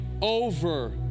over